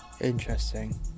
interesting